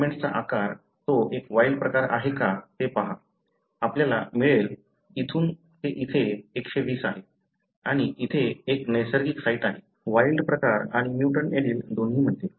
फ्रॅगमेंट्सचा आकार तो एक वाइल्ड प्रकार आहे का ते पहा आपल्याला मिळेल इथून ते इथे 120 आहे आणि इथे एक नैसर्गिक साइट आहे वाइल्ड प्रकार आणि म्युटंट एलील दोन्ही मध्ये